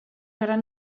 gran